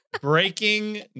breaking